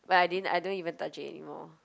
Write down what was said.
what I didn't I don't even touch it anymore